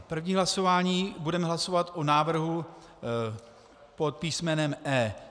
První hlasování budeme hlasovat o návrhu pod písmenem E.